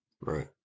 Right